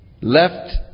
left